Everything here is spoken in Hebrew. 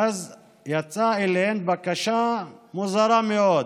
ואז יצאה אליהן בבקשה מוזרה מאוד.